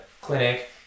clinic